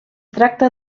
tracta